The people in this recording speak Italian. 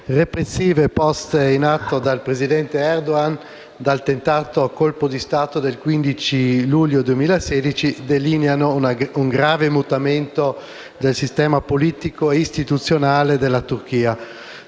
repressive poste in atto dal presidente Erdogan dal tentato colpo di Stato del 15 luglio 2016 delineano un grave mutamento del sistema politico e istituzionale della Turchia.